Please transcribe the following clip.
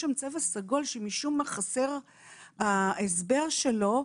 יש צבע סגול שמשום מה חסר ההסבר שלו.